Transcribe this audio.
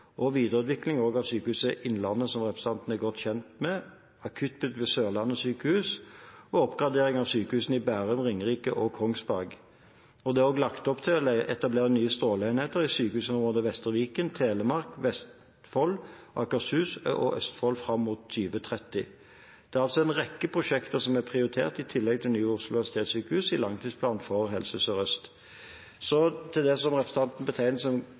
og Sykehuset Østfold. Det er videreutvikling av Sykehuset Innlandet, som representanten er godt kjent med, akuttbygg ved Sørlandet sykehus og oppgradering av sykehusene i Bærum, på Ringerike og i Kongsberg. Det er også lagt opp til å etablere nye stråleenheter ved sykehusene i Vestre Viken, i Telemark, i Vestfold, i Akershus og i Østfold fram mot 2030. Det er altså en rekke prosjekter som er prioritert i tillegg til Nye Oslo universitetssykehus i langtidsplanen for Helse Sør-Øst. Så til det som representanten betegnet som